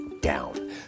down